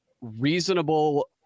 reasonable